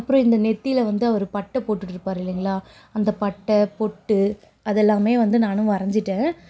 அப்புறம் இந்த நெத்தியில் வந்து அவர் பட்டை போட்டுட்டிருப்பாரு இல்லைங்களா அந்த பட்டை பொட்டு அதெல்லாமே வந்து நானும் வரைஞ்சிட்டேன்